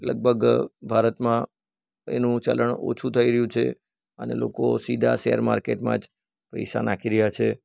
લગભગ ભારતમાં એનું ચલણ ઓછું થઇ રહ્યું છે અને લોકો સીધા શેરમાર્કેટમાં જ પૈસા નાખી રહ્યા છે